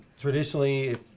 Traditionally